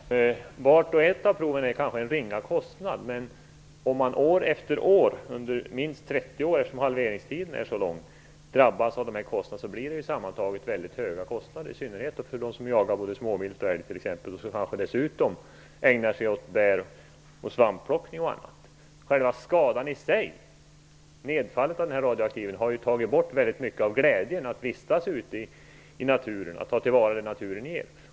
Herr talman! Vart och ett av proven innebär kanske en ringa kostnad. Om man år efter år i minst 30 år - halveringstiden är så lång - drabbas av denna kostnad, blir kostnaden sammantaget mycket hög. Det gäller i synnerhet för de som jagar både småvilt och älg och som dessutom kanske ägnar sig åt och bäroch svampplockning m.m. Själva skadan - det radioaktiva nedfallet - har tagit bort mycket av glädjen med att vistas ute i naturen och ta till vara det som naturen ger.